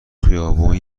خیابون